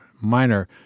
minor